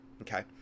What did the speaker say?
Okay